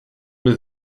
bys